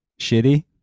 Shitty